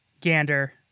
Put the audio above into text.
gander